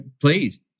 please